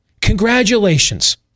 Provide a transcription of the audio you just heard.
Congratulations